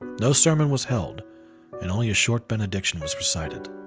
no sermon was held and only a short benediction was recited.